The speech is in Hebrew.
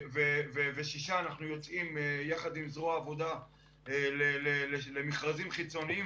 ובשישה אנחנו יוצאים יחד עם זרוע העבודה למכרזים חיצוניים,